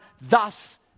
thus